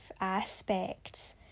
aspects